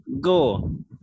go